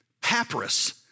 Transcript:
papyrus